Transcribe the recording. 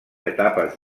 etapes